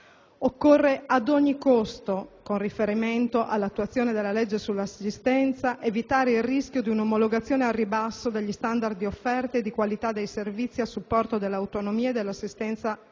Occorre ad ogni costo, con riferimento all'attuazione della legge sull'assistenza, evitare il rischio di una omologazione al ribasso degli standard di offerta e di qualità dei servizi a supporto dell'autonomia e dell'assistenza alle persone